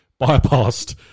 bypassed